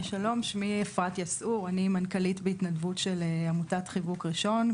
שמי אפרת יסעור אני מנכ"לית בהתנדבות של עמותת חיבוק ראשון.